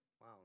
wow